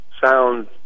sound